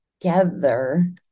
together